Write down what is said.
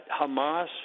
Hamas